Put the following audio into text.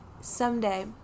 Someday